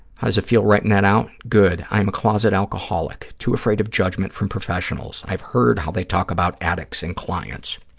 how does it feel writing that out? good. i am a closet alcoholic, too afraid of judgment from professionals. i've heard how they talk about addicts and clients.